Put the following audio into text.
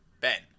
Ben